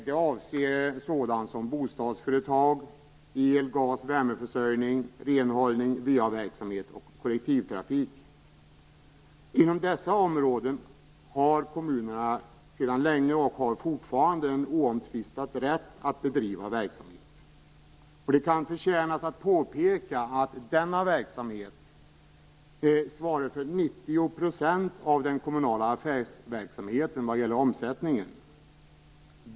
Det avser sådant som bostadsföretag, el-, gas och värmeförsörjning, renhållning, va-verksamhet och kollektivtrafik. Inom dessa områden har kommunerna sedan länge en oomtvistad rätt att bedriva verksamhet. Det kan förtjäna att påpeka att denna verksamhet svarar för 90 % av den kommunala affärsverksamheten vad gäller omsättningen.